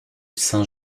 saint